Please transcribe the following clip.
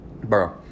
bro